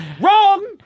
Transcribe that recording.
wrong